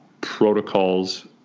protocols